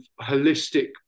holistic